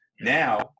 Now